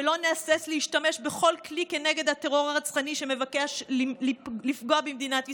ולא נהסס להשתמש בכל כלי כנגד הטרור הרצחני שמבקש לפגוע במדינת ישראל.